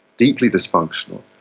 deeply dysfunctional,